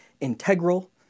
integral